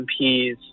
MPs